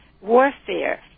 warfare